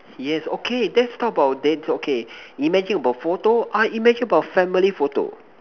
yes okay let's talk about thats okay imagine you about photo I imagine about family photo